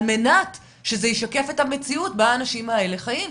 על מנת שזה ישקף את המציאות בה האנשים האלה חיים?